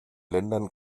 ländern